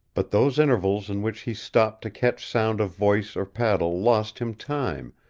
but those intervals in which he stopped to catch sound of voice or paddle lost him time,